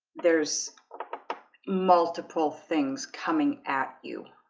there's multiple things coming at you,